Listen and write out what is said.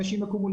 הם ירקדו,